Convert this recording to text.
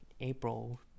April